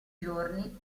giorni